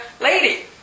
lady